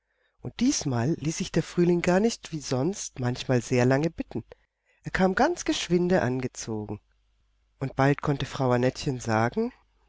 und diesmal ließ sich der frühling gar nicht wie sonst manchmal sehr lange bitten er kam ganz geschwinde angezogen und bald konnte frau annettchen sagen